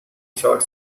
short